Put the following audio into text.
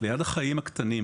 ליד החיים הקטנים